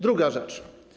Druga rzecz.